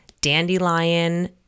Dandelion